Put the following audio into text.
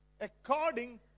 according